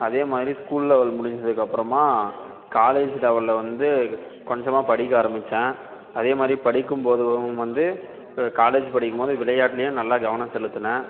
அதேமாதிரி school level முடிஞ்சதுக்கப்புறமா college லெவலில் வந்து கொஞ்சமாக படிக்க ஆரமித்தேன் அதேமாதிரி படிக்கும் போதும் வந்து காலேஜி படிக்கும் போது விளையாட்லேயும் நல்லா கவனம் செலுத்தினேன்